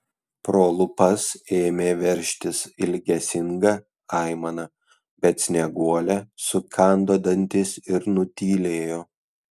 pro lūpas ėmė veržtis ilgesinga aimana bet snieguolė sukando dantis ir nutylėjo